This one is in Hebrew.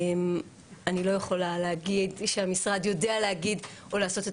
אני לא יכולה להגיד שהמשרד יודע להגיד או לעשות את